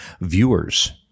viewers